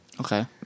Okay